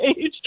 age